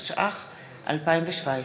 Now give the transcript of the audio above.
התשע"ח 2017,